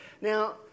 Now